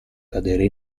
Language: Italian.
cadere